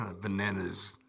bananas